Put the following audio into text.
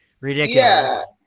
ridiculous